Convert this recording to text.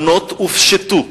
הבנות הופשטו,